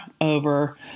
over